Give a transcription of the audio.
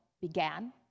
began